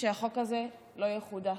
שהחוק הזה לא יחודש,